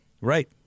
Right